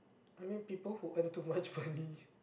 I mean people who earn too much money